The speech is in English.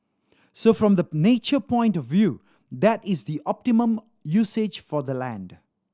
so from the nature point of view that is the optimum usage for the land